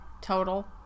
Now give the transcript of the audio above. total